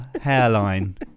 hairline